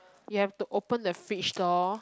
you have to open the fridge door